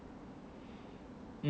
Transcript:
um